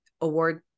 award